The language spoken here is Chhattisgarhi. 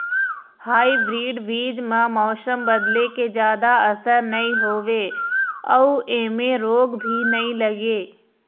हाइब्रीड बीज म मौसम बदले के जादा असर नई होवे अऊ ऐमें रोग भी नई लगे